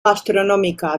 gastronómica